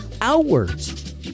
outwards